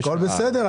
הכול בסדר,